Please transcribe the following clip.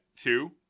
Two